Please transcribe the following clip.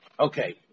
Okay